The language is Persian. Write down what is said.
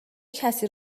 کسی